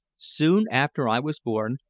soon after i was born,